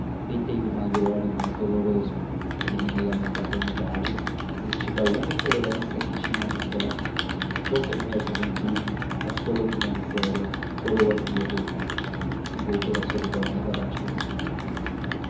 aceitei o maior e mais doloroso eliminei a minha paternidade desisti da única herança que tinha na terra força da minha juventude consolo de minha miséria coroa de minha velhice e voltei à solidão mais abatido que nunca